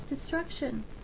destruction